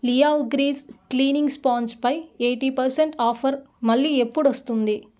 లీయావ్ grease cleaning sponge పై eighty percent offer మళ్ళీ ఎప్పుడొస్తుంది